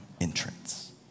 entrance